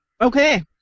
Okay